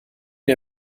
mir